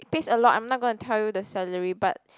it pays a lot I'm not going to tell you the salary but